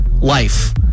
life